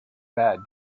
bed